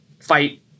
fight